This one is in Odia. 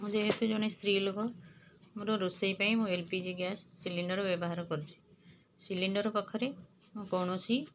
ମୁଁ ଯେହେତୁ ଜଣେ ସ୍ତ୍ରୀ ଲୋକ ମୋର ରୋଷେଇ ପାଇଁ ମୁଁ L P G gas cylinder ବ୍ୟବହାର କରୁଛି ସିଲିଣ୍ଡର୍ ପାଖରେ ମୁଁ କୌଣସି